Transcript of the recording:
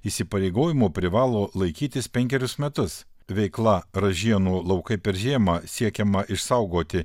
įsipareigojimų privalo laikytis penkerius metus veikla ražienų laukai per žiemą siekiama išsaugoti